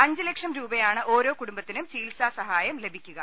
അഞ്ച് ലക്ഷം രൂപയാണ് ഓരോ കുടുംബത്തിനും ചികിത്സാ സഹായം ലഭിക്കുക